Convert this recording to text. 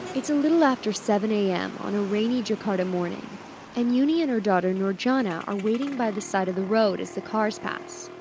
it's a little after seven a m. on a rainy jakarta morning and yuni and her daughter, nurjana, are waiting by the side of the road as the cars pass.